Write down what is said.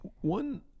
one